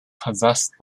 possessed